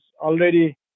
already